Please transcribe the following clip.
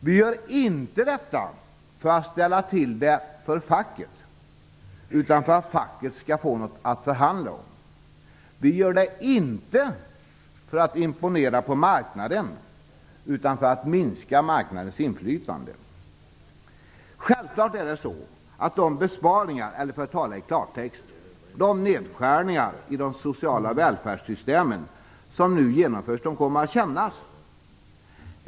Vi gör inte detta för att ställa till det för facket, utan för att facket skall få något att förhandla om. Vi gör det inte för att imponera på marknaden, utan för att minska marknadens inflytande. Självklart kommer de besparingar, eller för att tala klartext de nedskärningar i de sociala välfärdssystemen som nu genomförs att kännas.